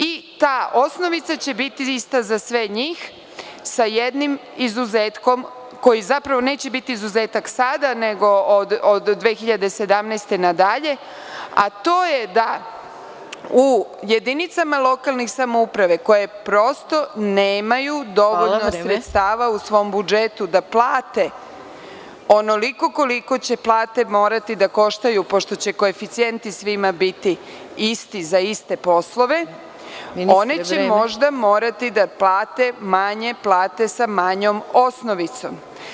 I ta osnovica će biti ista za sve njih, sa jednim izuzetkom, koji zapravo neće biti izuzetak sada, nego od 2017. godine na dalje, a to je da u jedinicama lokalnih samouprava, koje nemaju dovoljno sredstava u svom budžetu da plate onoliko koliko će plate morati da koštaju, pošto će koeficijenti sigurno biti isti za iste poslove, oni će možda morati da plate manje plate sa manjom osnovicom.